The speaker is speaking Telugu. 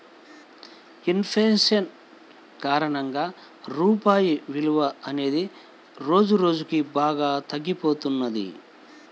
ఇన్ ఫేషన్ కారణంగా రూపాయి విలువ అనేది రోజురోజుకీ బాగా తగ్గిపోతున్నది